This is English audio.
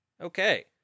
Okay